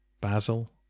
Basil